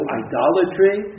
idolatry